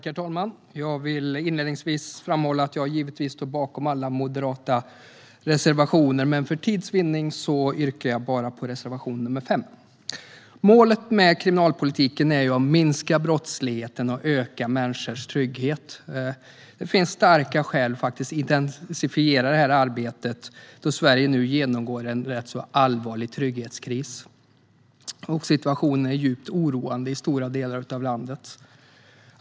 Herr talman! Jag vill inledningsvis framhålla att jag givetvis står bakom alla moderata reservationer, men för tids vinnande yrkar jag bara bifall till reservation nummer 4. Målet för kriminalpolitiken är att minska brottsligheten och öka människors trygghet. Det finns starka skäl för att intensifiera detta arbete då Sverige nu genomgår en rätt allvarlig trygghetskris. Situationen är djupt oroande i stora delar av landet.